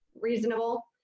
reasonable